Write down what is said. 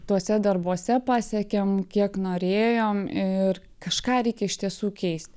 tuose darbuose pasiekėm kiek norėjom ir kažką reikia iš tiesų keist